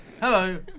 Hello